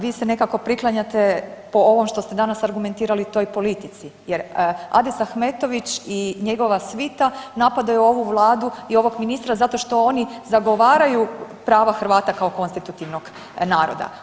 Vi se nekako priklanjate po ovom što ste danas argumentirali, toj politici jer Adis Ahmetović i njegova svita napadaju ovu Vladu i ovog ministra zato što oni zagovaraju prava Hrvata kao konstitutivnog naroda.